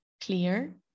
clear